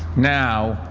now,